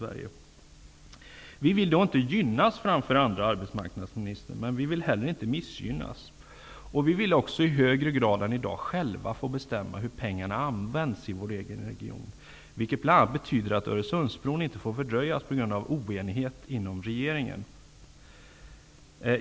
Vi vill dock inte gynnas framför andra, arbetsmarknadsministern, men vi vill inte heller missgynnas. Och vi vill också i högre grad än i dag själva få bestämma hur pengarna används i vår egen region, vilket bl.a. betyder att Öresundsbron inte får fördröjas på grund av oenighet inom regeringen.